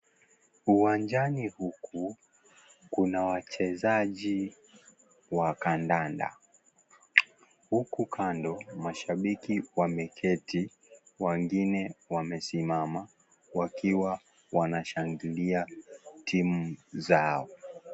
Uwanjani huku kuna wachezaji wa kandanda. Huku kando, mashabiki wameketi, wengine wamesimama, wakiwa wanashangilia timu zao.